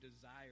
desire